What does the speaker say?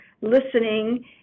listening